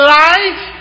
life